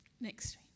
Next